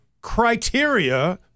criteria